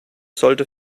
sollte